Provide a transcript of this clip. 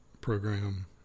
program